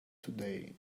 today